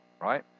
right